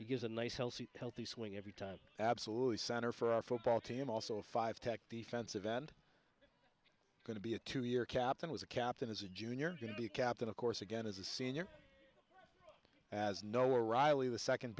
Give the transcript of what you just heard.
who gives a nice healthy healthy swing every time absolutely center for our football team also five tech defensive end going to be a two year captain was a captain as a junior going to be captain of course again as a senior as no arrival of the second